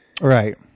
Right